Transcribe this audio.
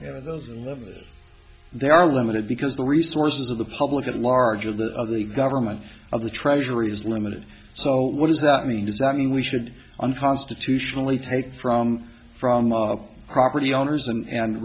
know those there are limited because the resources of the public at large of the government of the treasury is limited so what does that mean does that mean we should unconstitutionally take from from property owners and